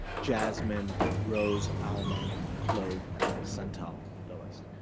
jasmine, rose, almond, clove and santal, lowest.